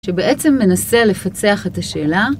שבעצם מנסה לפצח את השאלה.